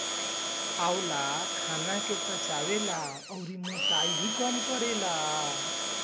आंवला खाना के पचावे ला अउरी मोटाइ के भी कम करेला